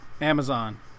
Amazon